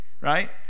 Right